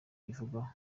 ibivugaho